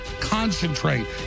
concentrate